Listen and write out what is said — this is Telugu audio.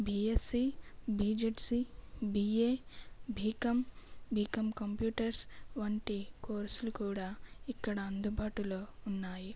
DSC BZC BA BCom BCom computers వంటి కోర్సులు కూడా ఇక్కడ అందుబాటులో ఉన్నాయి